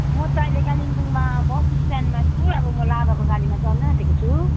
म त अहिले कालिम्पोङमा बस स्ट्यान्डमा छु अब म लाभाको गाडीमा चढ्न आँटेको छु